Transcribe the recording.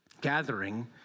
Gathering